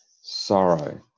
sorrow